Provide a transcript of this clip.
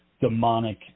demonic